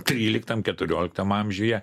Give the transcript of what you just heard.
tryliktam keturioliktam amžiuje